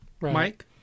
Mike